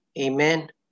amen